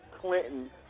Clinton